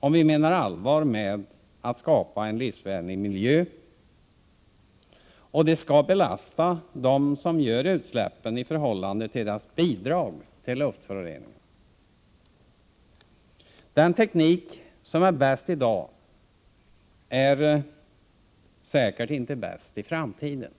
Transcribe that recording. om vi menar allvar med att skapa en livsvänlig miljö, och de skall belasta dem som gör utsläppen i förhållande till deras bidrag till luftföroreningarna. Den teknik som är bäst i dag är säkert inte bäst i framtiden.